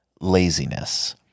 laziness